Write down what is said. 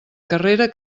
carrera